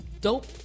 Dope